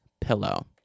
pillow